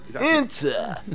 enter